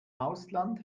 ausland